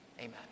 Amen